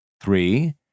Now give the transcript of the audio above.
Three